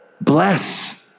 Bless